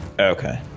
Okay